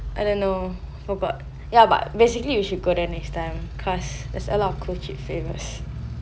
I don't know forgot ya but basically you should go there next time cause there's a lot of cool chip flavours